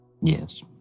Yes